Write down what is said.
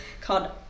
called